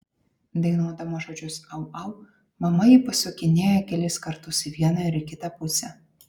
dainuodama žodžius au au mama jį pasukinėja kelis kartus į vieną ir į kitą pusę